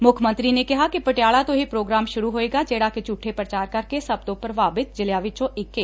ਮੁੱਖ ਮੰਤਰੀ ਨੇ ਕਿਹਾ ਕਿ ਪਟਿਆਲਾ ਤੋਂ ਇਹ ਪ੍ਰੋਗਰਾਮ ਸੁਰੂ ਹੋਵੇਗਾ ਜਿਹਤਾ ਕਿ ਝੂਠੇ ਪ੍ਰਚਾਰ ਕਰਕੇ ਸਭ ਤੋ ਵੱਧ ਪ੍ਰਭਾਵਿਤ ਜਿਲ੍ਹਿਆ ਵਿਚੋ ਇਕ ਏ